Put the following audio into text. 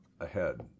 ahead